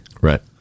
Right